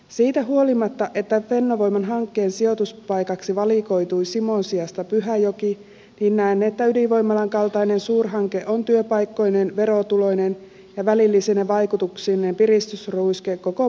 siitä huolimatta että fennovoiman hankkeen sijoituspaikaksi valikoitui simon sijasta pyhäjoki näen että ydinvoimalan kaltainen suurhanke on työpaikkoineen verotuloineen ja välillisine vaikutuksineen piristysruiske koko pohjois suomelle